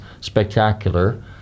spectacular